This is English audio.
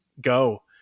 go